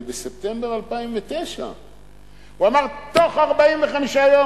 זה בספטמבר 2009. הוא אמר: בתוך 45 יום,